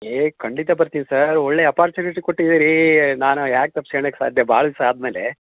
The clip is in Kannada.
ಏ ಖಂಡಿತ ಬರ್ತೀವಿ ಸರ್ ಒಳ್ಳೆಯ ಅಪಾರ್ಚುನಿಟಿ ಕೊಟ್ಟಿದ್ದೀರಿ ನಾನು ಹೇಗೆ ತಪ್ಸ್ಕಳ್ಳೋಕ್ ಸಾಧ್ಯ ಭಾಳ್ ದಿವಸ ಆದ್ಮೇಲೆ